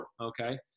Okay